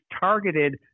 targeted